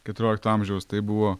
keturiolikto amžiaus tai buvo